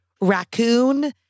raccoon